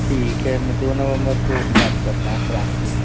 ठीक है मैं दो नवंबर रुको बात करता हूँ फिर आपसे